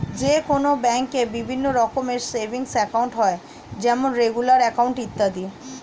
যে কোনো ব্যাঙ্কে বিভিন্ন রকমের সেভিংস একাউন্ট হয় যেমন রেগুলার অ্যাকাউন্ট, ইত্যাদি